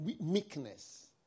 meekness